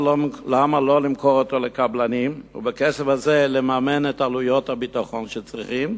למה לא למכור אותו לקבלנים ובכסף הזה לממן את עלויות הביטחון שצריכים,